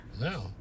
No